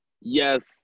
Yes